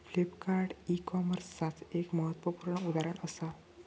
Flipkart e कॉमर्सचाच एक महत्वपूर्ण उदाहरण असा